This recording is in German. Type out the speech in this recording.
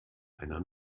einer